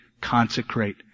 consecrate